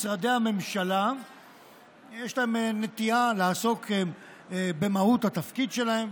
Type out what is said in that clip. משרדי ממשלה יש להם נטייה לעסוק במהות התפקיד שלהם,